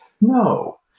no